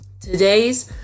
Today's